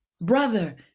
brother